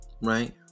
Right